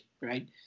right